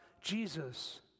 Jesus